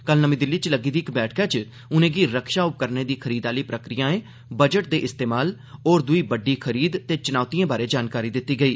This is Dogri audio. कल नर्मी दिल्ली च लग्गी दी इक बैठका च उनें'गी रक्षा उपकरणें दी खरीद आहली प्रक्रियाएं बजट दे इस्तेमाल होर द्ई बड्डी खरीद ते च्नौतिएं बारै जानकारी दित्ती गेई